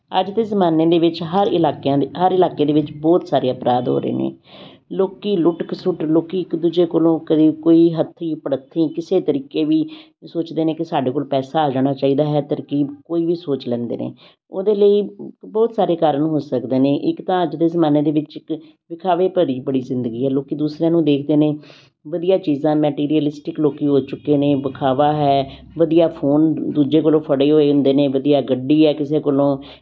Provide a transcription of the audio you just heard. ਅੱਜ ਦੇ ਜ਼ਮਾਨੇ ਦੇ ਵਿੱਚ ਹਰ ਇਲਾਕਿਆਂ ਦੀ ਹਰ ਇਲਾਕੇ ਦੇ ਵਿੱਚ ਬਹੁਤ ਸਾਰੇ ਅਪਰਾਧ ਹੋ ਰਹੇ ਨੇ ਲੋਕ ਲੁੱਟ ਖਸੁੱਟ ਲੋਕ ਇੱਕ ਦੂਜੇ ਕੋਲੋਂ ਕਦੀ ਕੋਈ ਹੱਥੀ ਭੜੱਥੀ ਕਿਸੇ ਤਰੀਕੇ ਵੀ ਸੋਚਦੇ ਨੇ ਕਿ ਸਾਡੇ ਕੋਲ ਪੈਸਾ ਆ ਜਾਣਾ ਚਾਹੀਦਾ ਹੈ ਤਰਕੀਬ ਕੋਈ ਵੀ ਸੋਚ ਲੈਂਦੇ ਨੇ ਉਹਦੇ ਲਈ ਬਹੁਤ ਸਾਰੇ ਕਾਰਨ ਹੋ ਸਕਦੇ ਨੇ ਇੱਕ ਤਾਂ ਅੱਜ ਦੇ ਜ਼ਮਾਨੇ ਦੇ ਵਿੱਚ ਇੱਕ ਵਿਖਾਵੇ ਭਰੀ ਬੜੀ ਜ਼ਿੰਦਗੀ ਹੈ ਲੋਕ ਦੂਸਰਿਆਂ ਨੂੰ ਦੇਖਦੇ ਨੇ ਵਧੀਆ ਚੀਜ਼ਾਂ ਮਟੀਰੀਅਲਿਸਟਿਕ ਲੋਕ ਹੋ ਚੁੱਕੇ ਨੇ ਵਿਖਾਵਾ ਹੈ ਵਧੀਆ ਫੋਨ ਦੂਜੇ ਕੋਲੋਂ ਫੜੇ ਹੋਏ ਹੁੰਦੇ ਨੇ ਵਧੀਆ ਗੱਡੀ ਹੈ ਕਿਸੇ ਕੋਲੋਂ